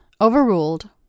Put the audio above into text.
Overruled